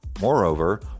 Moreover